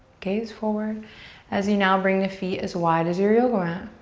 gaze forward as you now bring the feet as wide as your yoga mat.